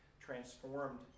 transformed